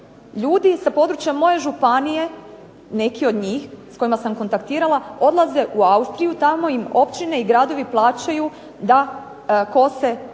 Ljudi sa područja moje županije, neki od njih, s kojima sam kontaktirala, odlaze u Austriju, tamo im općine i gradovi plaćaju da kose